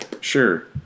sure